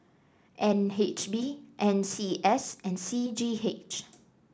N H B N C S and C G H